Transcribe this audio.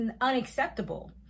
unacceptable